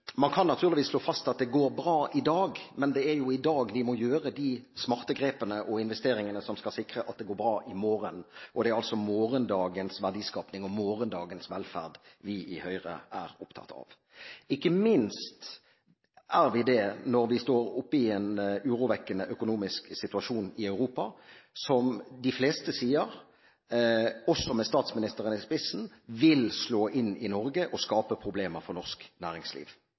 Man kan naturligvis slå fast at det går bra i dag, men det er jo i dag vi må gjøre de smarte grepene og investeringene som skal sikre at det går bra i morgen. Det er altså morgendagens verdiskaping og morgendagens velferd vi i Høyre er opptatt av. Ikke minst er vi det når vi står oppe i en urovekkende økonomisk situasjon i Europa, som de fleste sier – også med statsministeren i spissen – vil slå inn i Norge og skape problemer for norsk næringsliv.